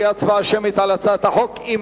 תהיה הצבעה שמית על הצעת החוק,